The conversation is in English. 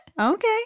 Okay